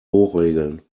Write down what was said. hochregeln